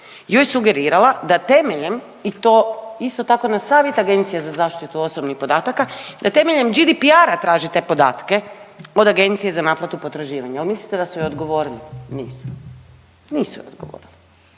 joj sugerirala da temeljem i to isto tako na savjet Agencija za zaštitu osobnih podataka da temeljem GDPR-a traži te podatke od Agencije za naplatu potraživanja. Jel mislite da su joj odgovorili? Nisu, nisu joj odgovorili.